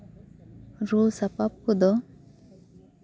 ᱨᱩ ᱥᱟᱯᱟᱯ ᱠᱚᱫᱚ